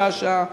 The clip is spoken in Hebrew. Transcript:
שעה-שעה,